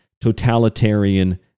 totalitarian